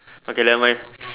okay never mind